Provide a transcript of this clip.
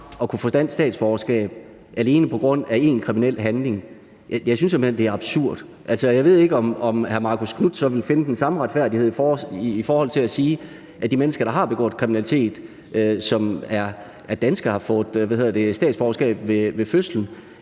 at kunne få dansk statsborgerskab alene på grund af én kriminel handling, synes jeg simpelt hen er absurd. Altså, jeg ved ikke, om hr. Marcus Knuth så ville finde den samme retfærdighed i forhold til at sige, at de mennesker, der har begået kriminalitet, og som er danskere og har fået statsborgerskab ved fødslen,